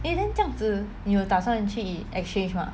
eh then 这样子你有打算去 exchange mah